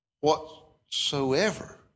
whatsoever